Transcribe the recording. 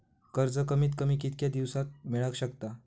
कर्ज कमीत कमी कितक्या दिवसात मेलक शकता?